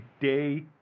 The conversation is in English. day